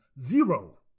zero